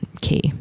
key